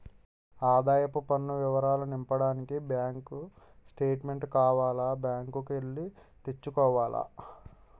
ఆదాయపు పన్ను వివరాలు నింపడానికి బ్యాంకు స్టేట్మెంటు కావాల బ్యాంకు కి ఎల్లి తెచ్చుకోవాల